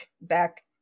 back